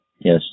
Yes